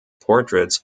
portraits